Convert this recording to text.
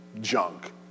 junk